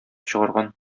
чыгарган